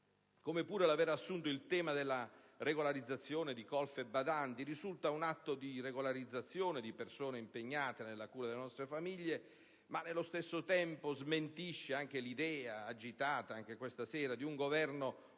Come pure, l'aver assunto il tema della regolarizzazione di colf e badanti risulta un atto di regolarizzazione di persone impegnate nella cura delle nostre famiglie e nello stesso tempo smentisce l'idea, agitata anche questa sera, di un Governo ostile